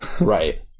Right